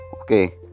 okay